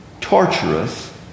torturous